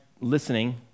listening